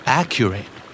accurate